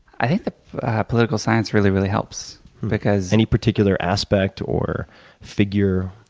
i think the political science really, really helps because any particular aspect or figure?